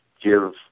give